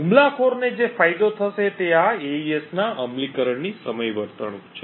હુમલાખોરને જે ફાયદો થશે તે આ એઈએસ ના અમલીકરણની સમય વર્તણૂક છે